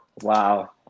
Wow